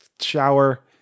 shower